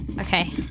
Okay